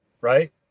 right